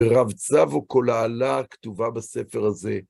רבצב וקולעלה כתובה בספר הזה.